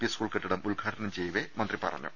P school കെട്ടിടം ഉദ്ഘാടനം ചെയ്യവേ മന്ത്രി പറഞ്ഞു